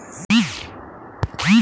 Livestock insurance scheme কি?